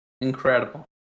Incredible